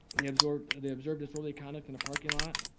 they observed they observed disorderly conduct in a parking lot.